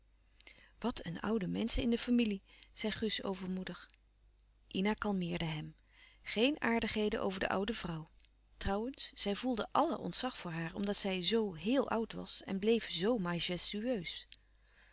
wat een oude menschen in de familie zei gus overmoedig ina kalmeerde hem geen aardigheden over de oude vrouw trouwens zij voelden àllen ontzag voor haar omdat zij zoo héel oud was en bleef zoo